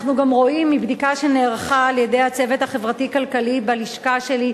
אנחנו גם רואים מבדיקה שנערכה על-ידי הצוות החברתי-כלכלי בלשכה שלי,